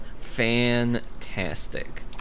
Fantastic